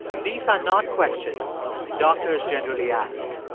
these are not questions doctors generally ask.